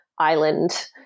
island